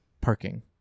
parking